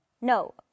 No